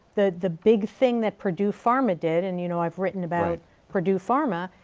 the the big thing that purdue pharma did, and you know i've written about purdue pharma,